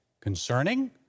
Concerning